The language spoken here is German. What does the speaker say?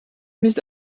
nicht